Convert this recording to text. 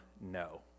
no